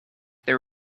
there